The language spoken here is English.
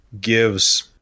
gives